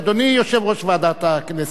אדוני יושב-ראש ועדת הכנסת,